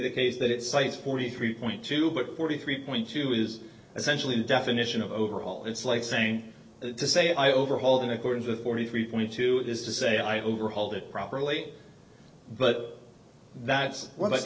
the case that it cites forty three point two but forty three point two is essentially the definition of overall it's like saying to say i overhauled in accordance with forty three point two it is to say i overhauled it properly but that's what